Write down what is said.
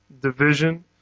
division